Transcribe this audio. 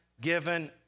given